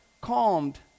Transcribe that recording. calmed